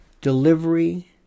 delivery